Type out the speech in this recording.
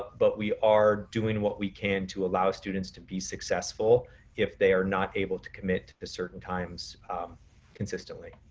but we are doing what we can to allow students to be successful if they are not able to commit to the certain times consistently.